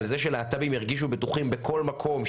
על זה שלהט"בים ירגישו בטוחים בכל מקום,